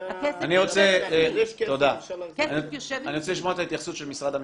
אני רוצה לשמוע את ההתייחסות של משרד המשפטים.